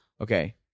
Okay